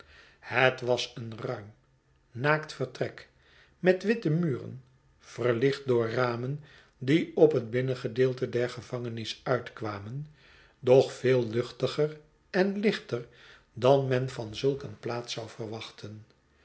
het was een ruim naakt vertrek met witte muren verlicht door ramen die op het binnen gedeelte der gevangenis uitkwamen doch veel luchtiger en lichter dan men van zulk een plaats zou verwachten